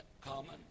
common